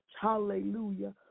Hallelujah